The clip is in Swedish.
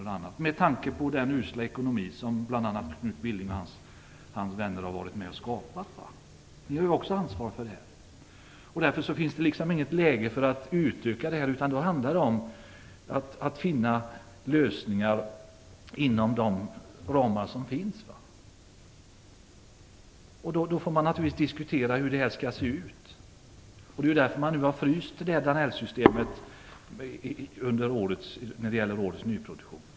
Det är uteslutet, med tanke på den usla ekonomi som bl.a. Knut Billing och hans vänner har varit med om att skapa. Ni har ju också ansvar därvidlag. Det är inte läge för utökade subventioner, utan det handlar om att finna lösningar inom de ramar som finns. Då får man naturligtvis diskutera hur de skall se ut, och det är därför man har fryst Danellsystemet när det gäller nyproduktion.